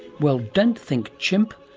well, don't think chimp,